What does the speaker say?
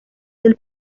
del